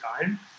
time